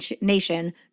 nation